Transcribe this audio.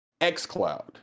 XCloud